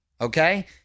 okay